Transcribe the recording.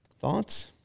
thoughts